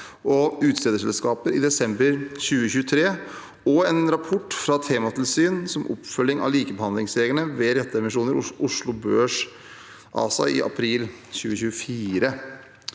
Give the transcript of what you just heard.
og utstederselskaper i desember 2023, og en rapport fra tematilsyn om oppfølging av likebehandlingsreglene ved rettede emisjoner ved Oslo Børs ASA i april